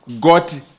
got